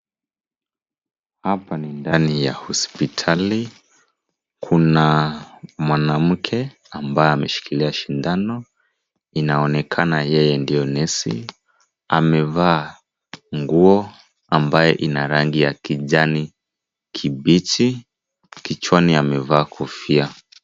Hapa ni ndani ya hosipitali. Kuna mwanamke ambaye ameshikilia sindano, inaonekana yeye ndiye nesi. Amevaa nguo ambayo ina rangi ya kijani kibichi , kichwani amevaa kofia.